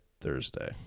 Thursday